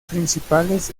principales